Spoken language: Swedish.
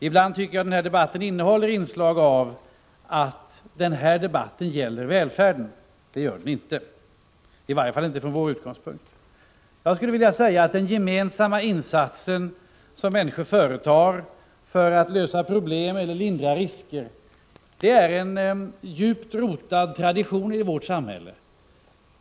Ibland tycker jag den här debatten innehåller inslag av att debatten gäller själva välfärden. Det gör den inte, i varje fall inte från vår utgångspunkt. Jag skulle vilja säga att den gemensamma insats som människor företar för att lösa problem eller lindra risker är en djupt rotad tradition i vårt samhälle.